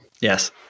Yes